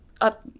up